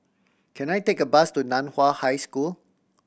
can I take a bus to Nan Hua High School